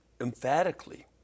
emphatically